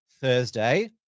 Thursday